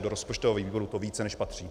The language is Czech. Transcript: Do rozpočtového výboru to více než patří.